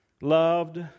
loved